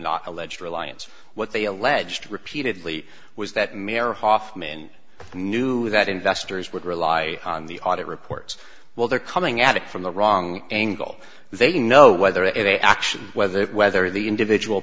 not alleged reliance what they alleged repeatedly was that mayor hoffman knew that investors would rely on the audit reports well they're coming at it from the wrong angle they don't know whether it's a action whether it whether the individual